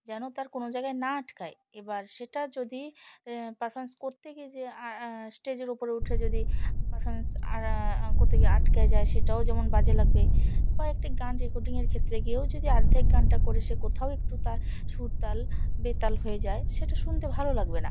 যেন তার কোনো জায়গায় না আটকায় এবার সেটা যদি পারফমেন্স করতে গিয়ে যে স্টেজের ওপরে উঠে যদি পারফরমেন্স করতে গিয়ে আটকে যায় সেটাও যেমন বাজে লাগবে বা একটি গান রেকর্ডিংয়ের ক্ষেত্রে গিয়েও যদি আর্ধেক গানটা করে সে কোথাও একটু তা সুরতাল বেতাল হয়ে যায় সেটা শুনতে ভালো লাগবে না